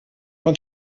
von